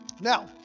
Now